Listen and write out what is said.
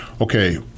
okay